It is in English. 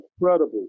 incredible